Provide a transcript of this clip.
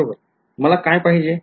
मला काय पाहिजे